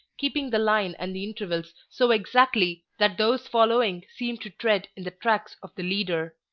keeping the line and the intervals so exactly that those following seemed to tread in the tracks of the leader.